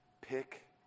pick